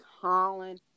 Colin